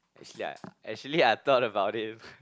actually I actually I thought about it